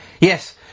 Yes